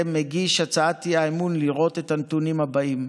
מגיש הצעת האי-אמון לראות את הנתונים הבאים: